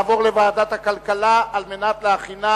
(תיקון), התש"ע 2010, לוועדת הכלכלה נתקבלה.